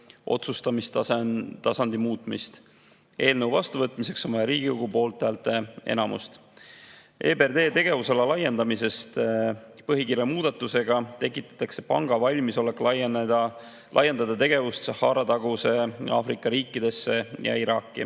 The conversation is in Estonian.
otsustamistasandi muutmist. Eelnõu vastuvõtmiseks on vaja Riigikogu poolthäälte enamust. EBRD tegevusala laiendamisest. Põhikirja muudatusega tekitatakse panga valmisolek laiendada tegevust Sahara-taguse Aafrika riikidesse ja Iraaki,